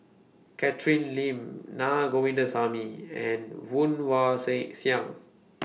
Catherine Lim Na Govindasamy and Woon Wah Sing Siang